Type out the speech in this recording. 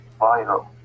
viral